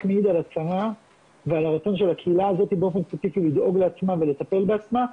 מעיד על הרצון של הקהילה הזאת באופן ספציפי לדאוג לעצמה ולטפל בעצמה,